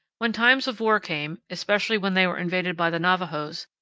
when times of war came, especially when they were invaded by the navajos,